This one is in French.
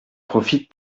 profite